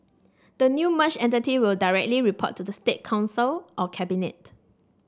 the new merged entity will directly report to the State Council or Cabinet